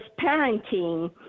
parenting